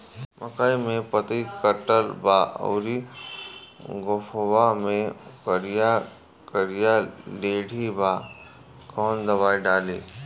मकई में पतयी कटल बा अउरी गोफवा मैं करिया करिया लेढ़ी बा कवन दवाई डाली?